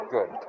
Good